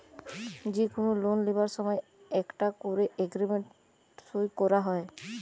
যে কুনো লোন লিবার সময় একটা কোরে এগ্রিমেন্ট সই কোরা হয়